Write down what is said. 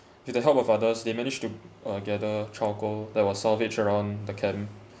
with the help of others they managed to uh gather charcoal that was salvaged around the camp